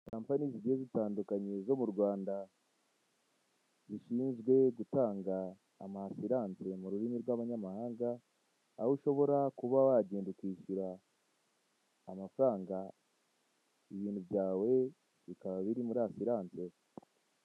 Kampani zigiye zitandukanye zo mu Rwanda zishinzwe gutanga amasiranse mu rurimi rw'abanyamahanga, aho ushobora kuba wagenda ukishyura amafaranga ibintu byawe bikaba biri muri asiranse.